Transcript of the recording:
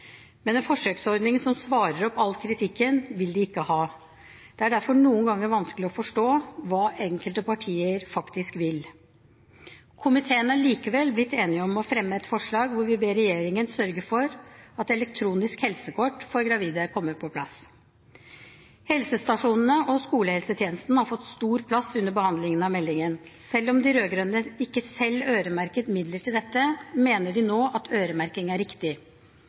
Men en forsøksordning som svarer opp all kritikken, vil de ikke ha. Det er derfor noen ganger vanskelig å forstå hva enkelte partier faktisk vil. Komiteen er likevel blitt enige om å fremme et forslag hvor vi ber regjeringen sørge for at elektroniske helsekort for gravide kommer på plass. Helsestasjonene og skolehelsetjenesten har fått stor plass under behandlingen av meldingen. Selv om de rød-grønne ikke selv øremerket midler til dette, mener de nå at øremerking er riktig.